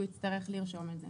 הוא יצטרך לרשום את זה.